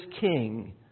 king